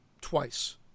twice